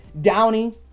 Downey